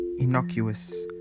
Innocuous